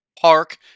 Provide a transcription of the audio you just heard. Park